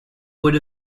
would